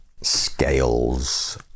scales